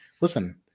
listen